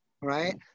right